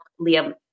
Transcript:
Liam